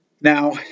Now